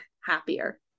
happier